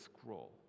scroll